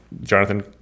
Jonathan